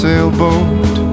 Sailboat